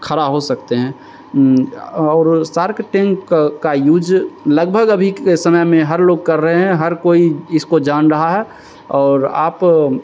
खड़े हो सकते हैं और सार्क टैंक का यूज लगभग अभी के समय में हर लोग कर रहें हैं हर कोई इसको जान रहा है और आप